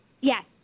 Yes